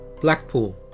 Blackpool